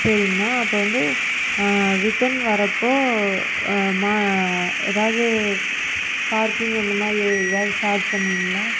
சரிங்கண்ணா அப்போது வந்து ரிட்டன் வரப்போ மா ஏதாவது பார்க்கிங் அந்த மாதிரி ஏதாவது சார்ஜ் பண்ணுவீங்களா